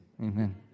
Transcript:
Amen